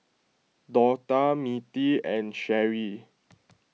Dortha Mirtie and Sherrie